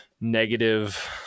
negative